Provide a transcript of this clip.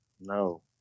No